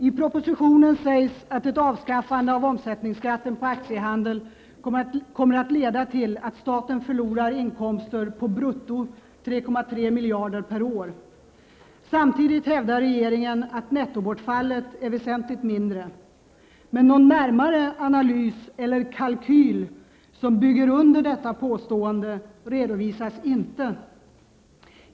I propositionen sägs att ett avskaffande av omsättningsskatten på aktiehandeln kommer att leda till att staten förlorar inkomster på brutto 3,3 miljarder per år. Samtidigt hävdar regeringen att nettobortfallet är väsentligt mindre, men någon närmare analys eller kalkyl som bygger under detta påstående redovisas inte.